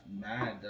mad